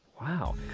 Wow